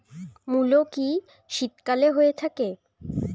মূলো কি শীতকালে হয়ে থাকে?